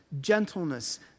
gentleness